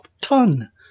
ton